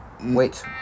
wait